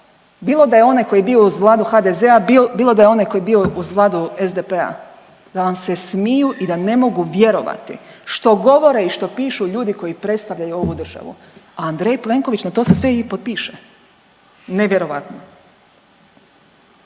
bilo da je onaj koji je bio uz vladu HDZ-a, bilo da je onaj koji je bio uz vladu SDP-a da vam se smiju i da ne mogu vjerovati što govore i što pišu ljudi koji predstavljaju ovu državu, a Andrej Plenković na to se sve i potpiše. Nevjerojatno.